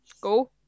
Go